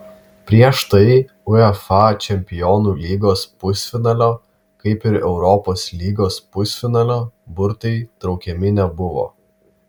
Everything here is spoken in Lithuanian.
prieš tai uefa čempionų lygos pusfinalio kaip ir europos lygos pusfinalio burtai traukiami nebuvo